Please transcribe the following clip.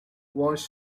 walsh